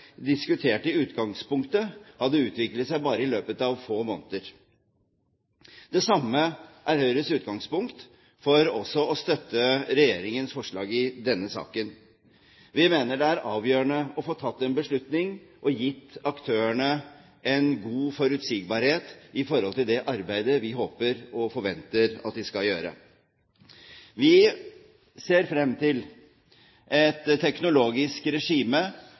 i utgangspunktet, faktisk utviklet seg i løpet av bare få måneder. Dette er Høyres utgangspunkt for å støtte regjeringens forslag i denne saken. Vi mener det er avgjørende å få tatt en beslutning og dermed gi aktørene en god forutsigbarhet i forhold til det arbeidet vi håper og forventer at de skal gjøre. Vi ser frem til et teknologisk regime